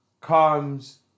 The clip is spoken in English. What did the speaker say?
comes